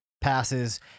passes